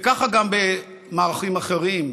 וככה גם במערכים אחרים.